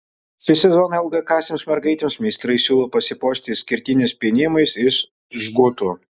šį sezoną ilgakasėms mergaitėms meistrai siūlo pasipuošti išskirtiniais pynimais iš žgutų